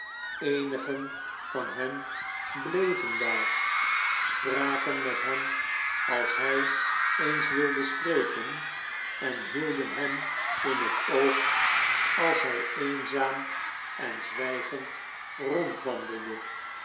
eenigen van hen bleven daar spraken met hem als hij eens wilde spreken en hidden hem in het oog als hij eenzaam en zwijgend rondwandelde